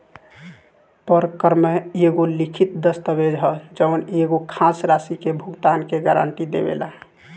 परक्रमय एगो लिखित दस्तावेज ह जवन एगो खास राशि के भुगतान के गारंटी देवेला